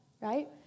Right